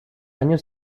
año